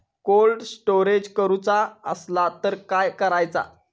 Cold storage करूचा असला तर कसा करायचा?